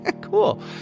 Cool